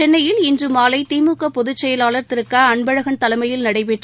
சென்னையில் இன்றுமாலைதிமுகபொதுச்செயலாளா் திரு க அன்பழகன் தலைமையில் நடைபெற்ற